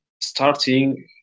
starting